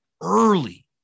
early